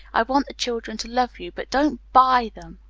i want the children to love you, but don't buy them.